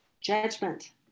judgment